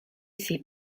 ses